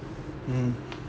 mm